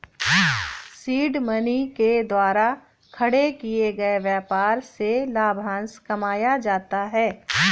seed money के द्वारा खड़े किए गए व्यापार से लाभांश कमाया जाता है